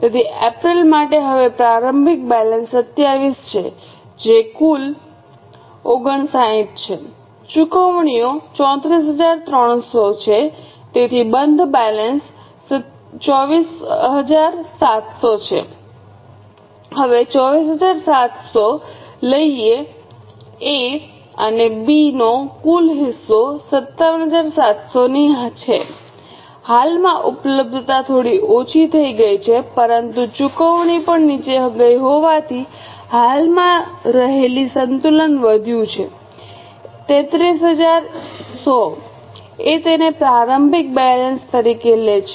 તેથી એપ્રિલ માટે હવે પ્રારંભિક બેલેન્સ 27 છે જે કુલ 59 છે ચુકવણીઓ 343૦૦ છે તેથી બંધ બેલેન્સ 247૦૦ છે હવે24700 લઈ એ અને બીનો કુલ હિસ્સો 577૦૦ ની છે હાલમાં ઉપલબ્ધતા થોડી ઓછી થઈ ગઈ છે પરંતુ ચુકવણી પણ નીચે ગઈ હોવાથીહાથમાં રહેલી સંતુલન વધ્યું છે 33૧૦૦ એ તેને પ્રારંભિક બેલેન્સ તરીકે લે છે